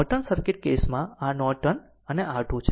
Norton circuit કેસમાં R Norton અને R2 છે